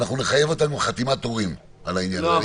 אנחנו נחייב אותם עם חתימת הורים על העניין הזה.